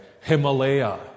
Himalaya